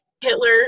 Hitler